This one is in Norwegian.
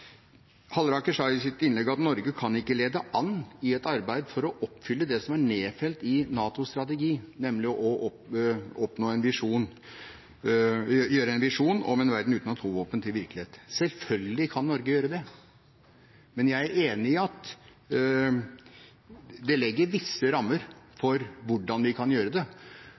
Halleraker sa i sitt innlegg at Norge ikke kan lede an i et arbeid for å oppfylle det som er nedfelt i NATOs strategi, nemlig å gjøre en visjon om en verden uten atomvåpen til virkelighet. Selvfølgelig kan Norge gjøre det. Men jeg er enig i at det legger visse rammer